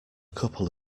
couple